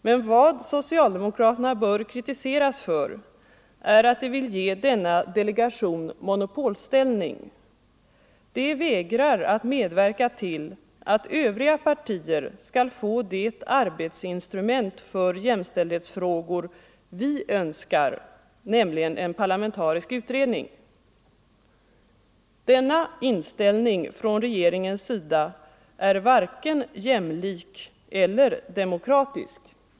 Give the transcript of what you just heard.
Men vad socialdemokraterna bör kritiseras för är att de vill ge denna delegation monopolställning. De vägrar att medverka till att övriga partier skall få det arbetsinstrument för jämställdhetsfrågor som de önskar, nämligen en parlamentarisk utredning. Denna inställning från regeringens sida är varken jämlik eller demokratisk.